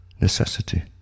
Necessity